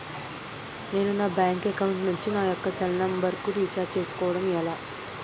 నేను నా bank account నుంచి నా యెక్క సెల్ ఫోన్ నంబర్ కు రీఛార్జ్ చేసుకోవడం ఎలా?